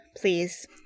Please